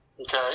Okay